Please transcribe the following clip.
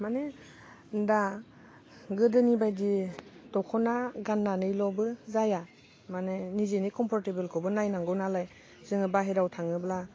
माने दा गोदोनि बादि दख'ना गाननानैल'बो जाया माने निजेनि कमफरथेबलखौबो नायनांगौ नालाय जोङो बाहेरायाव थाङोब्ला